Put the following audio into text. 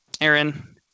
Aaron